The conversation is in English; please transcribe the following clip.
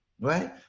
right